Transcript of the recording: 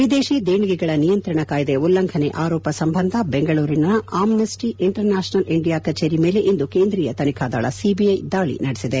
ವಿದೇತಿ ದೇಣಿಗೆಗಳ ನಿಯಂತ್ರಣ ಕಾಯ್ದೆ ಉಲ್ಲಂಘನೆ ಆರೋಪ ಸಂಬಂಧ ದೆಂಗಳೂರಿನಲ್ಲಿನ ಆಮ್ನೆಸ್ಟಿ ಇಂಟರ್ ನ್ಯಾಷನಲ್ ಇಂಡಿಯಾ ಕಜೇರಿ ಮೇಲೆ ಇಂದು ಕೇಂದ್ರೀಯ ತನಿಖಾ ದಳ ಸಿಬಿಐ ದಾಳಿ ನಡೆಸಿದೆ